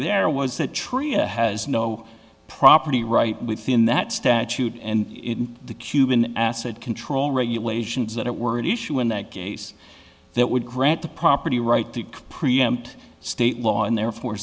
there was that tree a has no property right within that statute and in the cuban acid control regulations that it were an issue in that case that would grant the property right to preempt state law and therefore